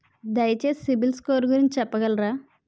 దయచేసి సిబిల్ స్కోర్ గురించి చెప్పగలరా?